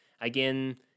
Again